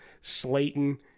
Slayton